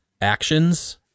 actions